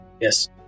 yes